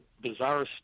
bizarre